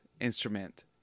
instrument